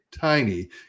tiny